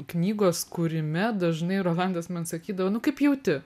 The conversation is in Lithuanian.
knygos kūrime dažnai rolandas man sakydavo nu kaip jauti